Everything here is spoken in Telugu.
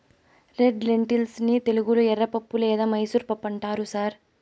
రెడ్ లెన్టిల్స్ ని తెలుగులో ఎర్రపప్పు లేదా మైసూర్ పప్పు అంటారు సార్